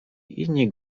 inni